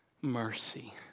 Mercy